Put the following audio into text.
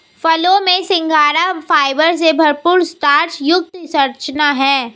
फलों में सिंघाड़ा फाइबर से भरपूर स्टार्च युक्त संरचना है